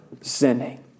sinning